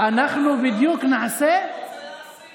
אנחנו בדיוק נעשה, רוצה להשיג.